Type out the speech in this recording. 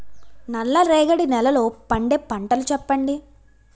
నల్ల రేగడి నెలలో పండే పంటలు చెప్పండి?